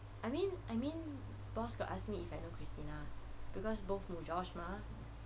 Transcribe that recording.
I mean I mean boss got ask me if I know christina because both Mujosh mah